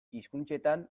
hizkuntzetan